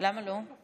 למה לא?